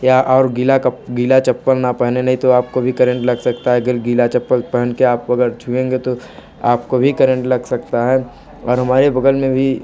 या और गीला कप गीला चप्पल न पहने नहीं तो आपको भी करेंट लग सकता है अगर गीला चप्पल पहन कर आप अगर छुएंगे तो आपको भी करेंट लग सकता है और हमारे बगल में भी